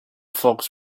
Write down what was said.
folks